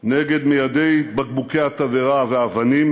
נגד מיידי בקבוקי התבערה והאבנים,